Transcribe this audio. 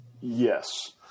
Yes